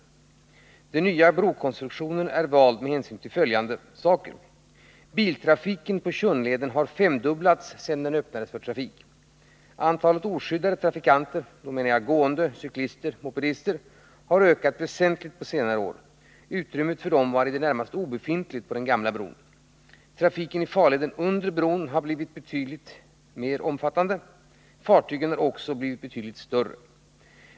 Den nya brokonstruktionen är vald med hänsyn till följande omständigheter. Antalet oskyddade trafikanter — gående, cyklister och mopedister — har ökat väsentligt på senare år. Utrymmet för dem var i det närmaste obefintligt på den gamla bron. Trafiken i farleden under bron har blivit mycket mer omfattande. Fartygen har också blivit betydligt större.